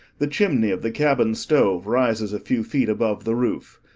the chimney of the cabin stove rises a few feet above the roof.